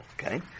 Okay